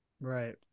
Right